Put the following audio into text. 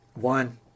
One